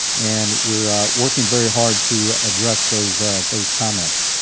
and we're working very hard to address those those comments,